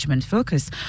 Focus